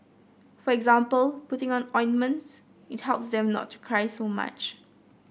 for example putting on ointments it helps them not to cry so much